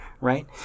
right